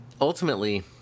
ultimately